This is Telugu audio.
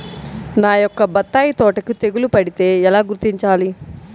నా యొక్క బత్తాయి తోటకి తెగులు పడితే ఎలా గుర్తించాలి?